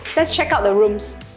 let's check out the rooms